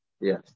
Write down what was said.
Yes